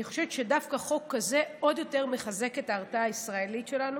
אני חושבת שדווקא חוק כזה מחזק עוד יותר את ההרתעה הישראלית שלנו.